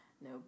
No